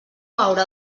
haurà